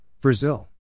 Brazil